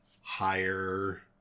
higher